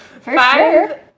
five